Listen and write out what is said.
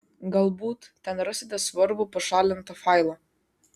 galbūt ten rasite svarbų pašalintą failą